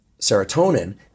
serotonin